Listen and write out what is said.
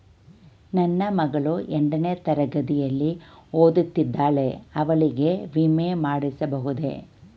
ನನ್ನ ಮಗಳು ಎಂಟನೇ ತರಗತಿಯಲ್ಲಿ ಓದುತ್ತಿದ್ದಾಳೆ ಅವಳಿಗೆ ವಿಮೆ ಮಾಡಿಸಬಹುದೇ?